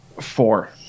four